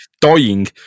dying